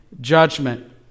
judgment